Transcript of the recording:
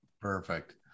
Perfect